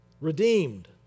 Redeemed